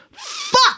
Fuck